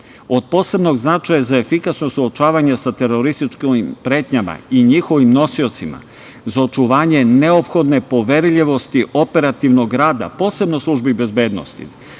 posebnog značaja za efikasno suočavanje sa terorističkim pretnjama i njihovim nosiocima za očuvanje neophodne poverljivosti operativnog rada, posebno službi bezbednosti,